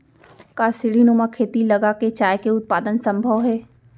का सीढ़ीनुमा खेती लगा के चाय के उत्पादन सम्भव हे?